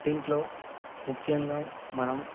దీంట్లో ముఖ్యంగా మనం